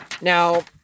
Now